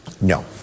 no